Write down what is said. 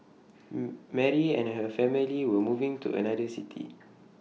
Mary and her family were moving to another city